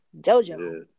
JoJo